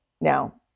Now